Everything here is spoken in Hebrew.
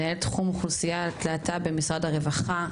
תחום אוכלוסיית להט״ב במשרד הרווחה.